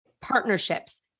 partnerships